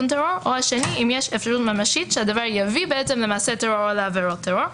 טרור או אם יש אפשרות ממשית שהדבר יביא למעשה טרור או לעבירות טרור.